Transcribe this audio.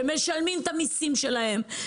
שמשלמים את המיסים שלהם,